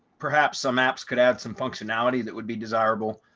perhaps some apps could add some functionality that would be desirable,